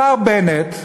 השר בנט,